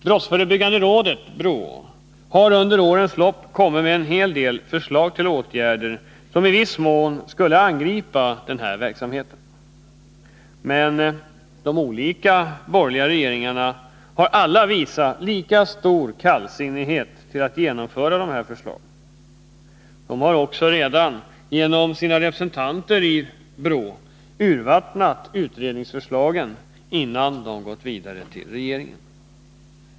Brottsförebyggande rådet — BRÅ — har under årens lopp kommit med en hel del förslag till åtgärder, som i viss mån skulle angripa denna verksamhet. Men de olika borgerliga regeringarna har alla visat lika stor kallsinnighet när det gällt att genomföra dessa förslag. De har också genom sina representanter redan i BRÅ urvattnat utredningsförslagen, innan dessa gått vidare till regeringen.